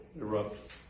erupt